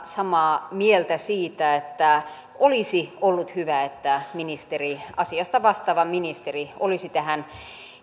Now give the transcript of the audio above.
samaa mieltä siitä että olisi ollut hyvä että asiasta vastaava ministeri olisi tähän